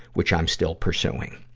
which i'm still pursuing.